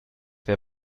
wer